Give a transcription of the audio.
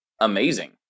amazing